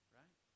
right